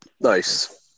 Nice